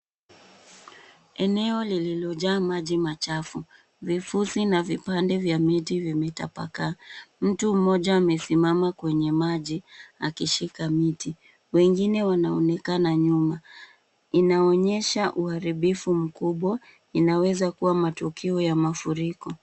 Eneo lililojaa maji machafu ,vifusi na vipande vya miti vimetapakaa .Mtu mmoja amesimama kwenye maji akishika miti. Wengine wanaonekana nyuma. Inaonyesha uharibifu mkubwa. Inaweza kuwa matokeo ya mafuriko.